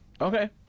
okay